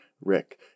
Rick